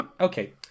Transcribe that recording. okay